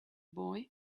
boy